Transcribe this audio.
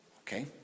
okay